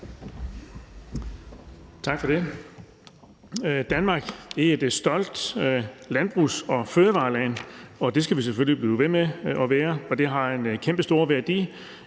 Tak for det. Danmark er et stolt landbrugs- og fødevareland, og det skal vi selvfølgelig blive ved med at være. Det har en kæmpestor værdi,